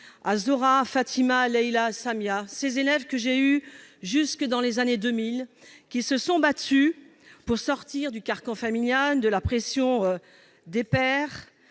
à Zora, Fatima, Leïla et Samia, ces élèves que j'ai eues jusque dans les années 2000, qui se sont battues pour sortir du carcan familial, de la pression des pères